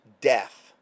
death